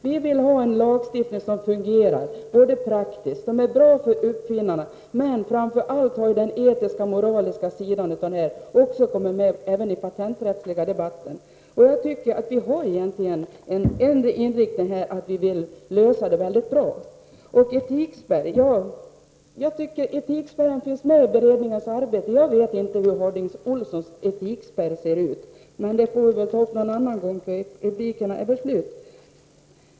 Vi vill ha en lagstiftning som fungerar praktiskt och som är bra för uppfinnarna. Framför allt har den etiska moraliska sidan av detta också kommit med i den patenträttsliga debatten. Vi har den inriktningen att vi vill lösa denna fråga på ett väldigt bra sätt. Etikspärren finns med i beredningens arbetsuppgifter. Jag vet inte hur Bengt Harding Olsons etikspärr ser ut, men den frågan får vi ta upp en annan gång, för nu är väl replikerna slut.